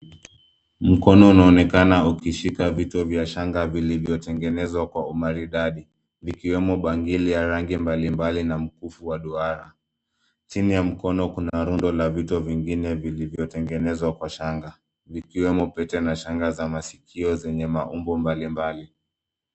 Mkono unaonekana ukishika vichwa vya shanga vilivyotengenezwa kwa umaridadi. Vikiwemo bangili ya rangi mbalimbali na mkufu wa duara. Chini ya mkono kuna rundo la vito vingine vilivyotengenezwa kwa shanga. Vikiwemo pete na shanga za masikio zenye maumbo mbalimbali.